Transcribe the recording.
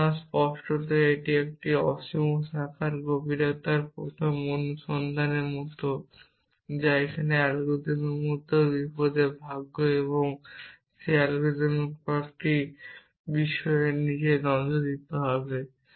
সুতরাং স্পষ্টতই এটি একটি অসীম শাখায় গভীরতার প্রথম অনুসন্ধানের মতো যা এখানে এই অ্যালগরিদমের মধ্যেও বিপদের ভাগ্য এবং আমাদের সেই অ্যালগরিদমের কয়েকটি বিষয়ের দিকে নজর দিতে হবে